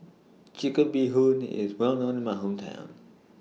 Chicken Bee Hoon IS Well known in My Hometown